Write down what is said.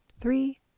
Three